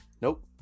Nope